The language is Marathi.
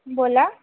बोला